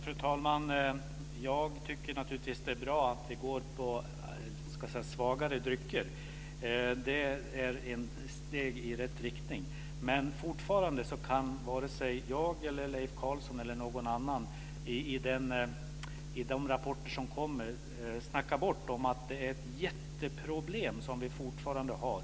Fru talman! Jag tycker naturligtvis att det är bra att vi dricker svagare drycker. Det är ett steg i rätt riktning. Men fortfarande kan varken jag, Leif Carlson eller någon annan snacka bort de rapporter som kommer. Det är ett jätteproblem som vi fortfarande har.